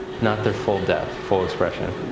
not their full depth, full expression.